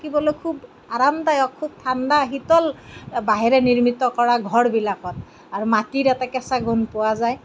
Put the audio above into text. থাকিবলৈ খুব আৰামদায়ক খুব ঠাণ্ডা শীতল বাঁহেৰে নিৰ্মিত কৰা ঘৰবিলাকত আৰু মাটিৰ এটা কেঁচা গোন্ধ পোৱা যায়